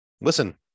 listen